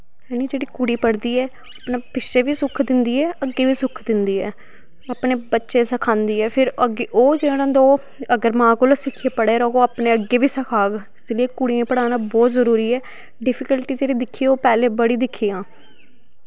ते जेह्ड़ी कुड़ी पढ़दी ऐ अपने पिच्छै बी सुख दिंदी ऐ अग्गैं बी सुख दिंदी ऐ अपने बच्चेंई सखांदी ऐ फिर अग्गै जेह्ड़ा ओह् होंदा ऐ ओह् अगर मां कोला सिक्खियै पढ़े हा होग अपने अग्गे बी सखाग इस लेई कुड़ियें पढ़ाना बहुत जरूरी ऐ डिफिक्लटी जेह्ड़ी दिक्खी ओह् पैह्लैं बड़ी दिक्खियां